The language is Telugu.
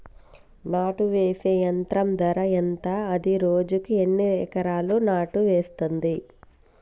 నాటు వేసే యంత్రం ధర ఎంత? అది రోజుకు ఎన్ని ఎకరాలు నాటు వేస్తుంది?